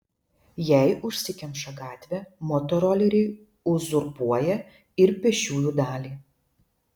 jei užsikemša gatvė motoroleriai uzurpuoja ir pėsčiųjų dalį